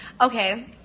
okay